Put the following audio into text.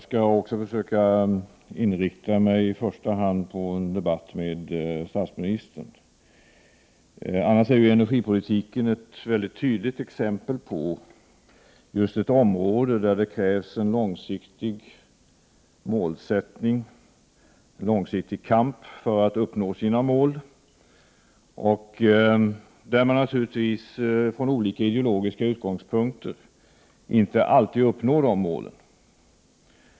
Herr talman! Jag skall också i första hand inrikta mig på en debatt med statsministern. Annars är energipolitiken ett mycket tydligt exempel på ett område där det krävs en långsiktig målsättning och en långsiktig kamp för att man skall uppnå sina mål men där man naturligtvis från olika ideologiska utgångspunkter inte alltid uppnår de målen.